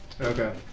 Okay